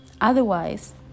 Otherwise